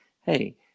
Hey